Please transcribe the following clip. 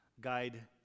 guide